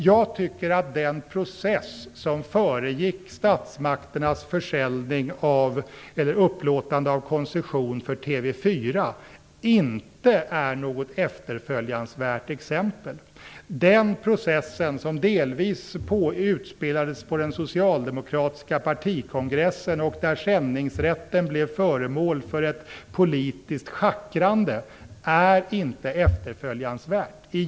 Jag tycker att den process som föregick statsmakternas upplåtande av koncession för TV 4 inte är något efterföljansvärt exempel. Den processen, som delvis utspelades på den socialdemokratiska partikongressen och där sändningsrätten blev föremål för ett politiskt schackrande, är inte efterföljansvärd.